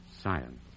science